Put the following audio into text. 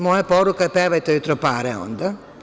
Moja poruka je – pevajte joj tropare onda.